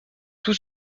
tout